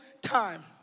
time